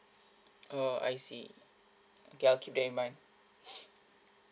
oh I see okay I will keep that in mind